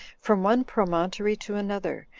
from one promontory to another,